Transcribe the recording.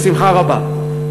בשמחה רבה.